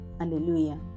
alleluia